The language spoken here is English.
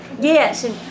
Yes